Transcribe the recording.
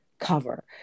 cover